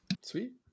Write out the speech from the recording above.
Sweet